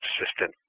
assistant